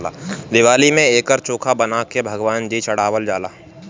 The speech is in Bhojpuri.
दिवाली में एकर चोखा बना के भगवान जी चढ़ावल जाला